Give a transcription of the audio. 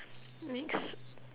next